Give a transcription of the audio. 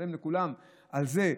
לשלם לכולם על זה פנסיה,